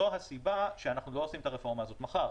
זו הסיבה שאנחנו לא עושים את הרפורמה הזאת מחר.